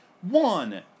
One